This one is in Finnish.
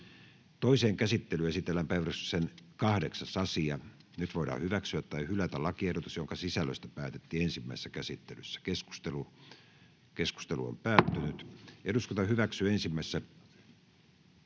Toiseen käsittelyyn esitellään päiväjärjestyksen 8. asia. Nyt voidaan hyväksyä tai hylätä lakiehdotus, jonka sisällöstä päätettiin ensimmäisessä käsittelyssä. — Keskusteluun, edustaja Asell. Arvoisa puhemies!